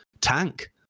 tank